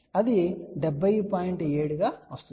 7 Ω గా వస్తుంది